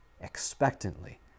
expectantly